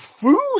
food